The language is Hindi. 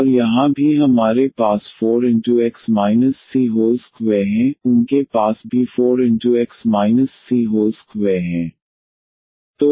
और यहाँ भी हमारे पास 4x c2 हैं उनके पास भी 4x c2 हैं